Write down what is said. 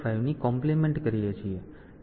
5ની compliment કરીએ છીએ